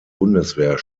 bundeswehr